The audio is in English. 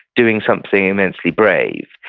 doing something immensely brave,